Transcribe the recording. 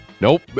nope